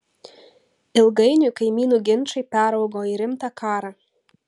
ilgainiui kaimynų ginčai peraugo į rimtą karą